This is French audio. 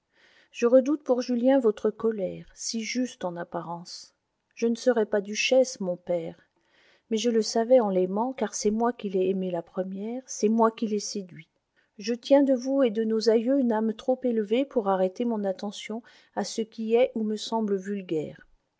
je redoute pour julien votre colère si juste en apparence je ne serai pas duchesse mon père mais je le savais en l'aimant car c'est moi qui l'ai aimé la première c'est moi qui l'ai séduit je tiens de vous et de nos aïeux une âme trop élevée pour arrêter mon attention à ce qui est ou me semble vulgaire